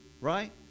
right